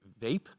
Vape